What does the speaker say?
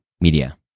Media